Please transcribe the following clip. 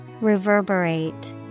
Reverberate